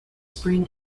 spring